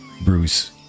Bruce